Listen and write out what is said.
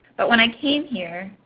but when i came here,